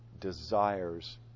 desires